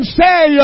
say